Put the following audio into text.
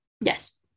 Yes